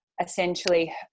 essentially